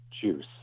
juice